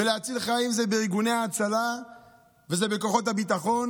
ולהציל חיים זה בארגוני ההצלה וזה בכוחות הביטחון,